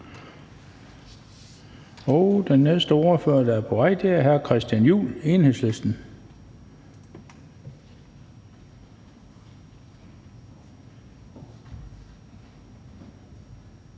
Den næste ordfører, der er på vej, er hr. Christian Juhl, Enhedslisten.